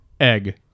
egg